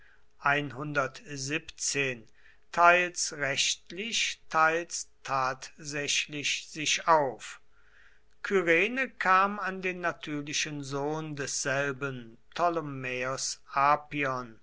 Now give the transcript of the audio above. teils rechtlich teils tatsächlich sich auf kyrene kam an den natürlichen sohn desselben ptolemaeos apion